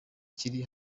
kiri